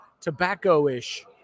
tobacco-ish